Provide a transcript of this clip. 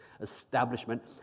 establishment